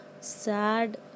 sad